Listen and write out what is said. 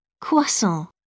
croissant